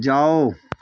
जाओ